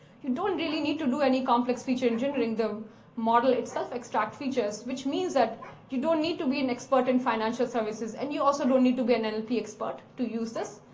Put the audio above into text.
you don't really need to do any complex feature engineering. the model itself extracts features, which means that you don't need to be an expert in financial services, and you also don't need to get an lp expert to use this.